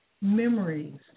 memories